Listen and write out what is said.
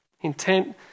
Intent